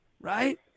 Right